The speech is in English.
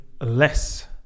less